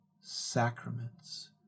sacraments